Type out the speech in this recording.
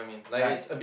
like